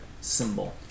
symbol